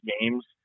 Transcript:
games